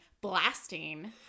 blasting